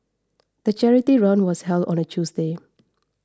the charity run was held on a Tuesday